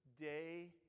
day